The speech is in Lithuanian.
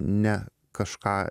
ne kažką